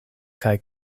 kaj